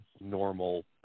normal